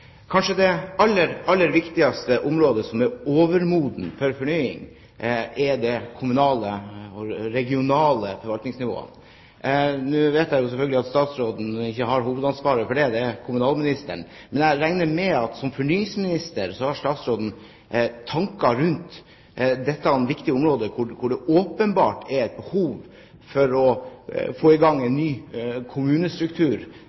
Det kanskje aller, aller viktigste området som er overmodent for fornying, er de kommunale og regionale forvaltningsnivåene. Nå vet jeg selvfølgelig at statsråden ikke har hovedansvaret for det – det er det kommunalministeren som har – men jeg regner med at som fornyingsminister har statsråden tanker rundt dette viktige området hvor det åpenbart er behov for å få i gang